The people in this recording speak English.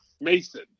Mason